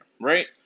right